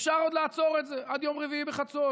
אפשר עוד לעצור את זה עד יום רביעי בחצות,